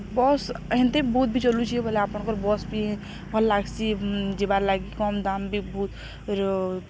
bus ଏତି ବହୁତ ବି ଚଲୁଛିି ବୋଇଲେ ଆପଣଙ୍କର ବସ୍ ବି ଭଲ୍ ଲାଗ୍ସି ଯିବାର୍ ଲାଗି କମ୍ ଦମ୍ ବି ବହୁତ